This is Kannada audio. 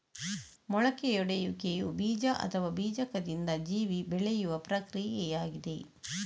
ಮೊಳಕೆಯೊಡೆಯುವಿಕೆಯು ಬೀಜ ಅಥವಾ ಬೀಜಕದಿಂದ ಜೀವಿ ಬೆಳೆಯುವ ಪ್ರಕ್ರಿಯೆಯಾಗಿದೆ